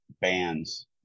bands